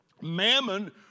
Mammon